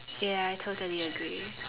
ya I totally agree